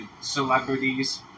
Celebrities